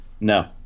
No